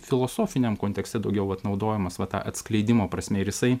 filosofiniam kontekste daugiau vat naudojamas vat ta atskleidimo prasme ir jisai